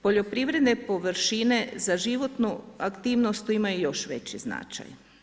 Poljoprivredne površine za životnu aktivnost tu ima i još veći značaj.